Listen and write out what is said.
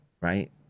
right